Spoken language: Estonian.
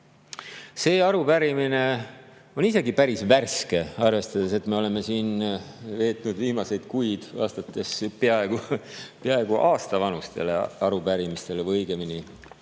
See arupärimine on isegi päris värske. Me oleme siin ju veetnud viimaseid kuid, vastates peaaegu aastavanustele arupärimistele või õigemini